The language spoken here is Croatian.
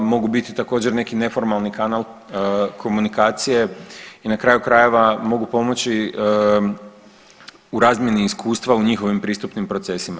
Mogu biti također neki neformalni kanal komunikacije i na kraju krajeva mogu pomoći u razmjeni iskustva u njihovim pristupnim procesima.